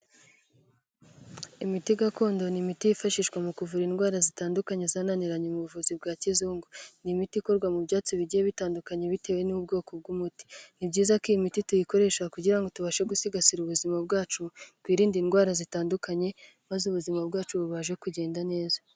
Imiti gakondo ni imiti yifashishwa mu kuvura indwara zitandukanye zananiranye mu buvuzi bwa kizungu, ni imiti ikorwa mu byatsi bigiye bitandukanye bitewe n'ubwoko bw'umuti, ni byiza ko iyi miti tuyikoresha kugira ngo tubashe gusigasira ubuzima bwacu, twirinde indwara zitandukanye maze ubuzima bwacu bubashe kugenda neza.